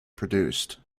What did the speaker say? produced